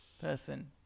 person